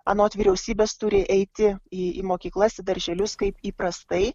anot vyriausybės turi eiti į į mokyklas į darželius kaip įprastai